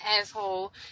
asshole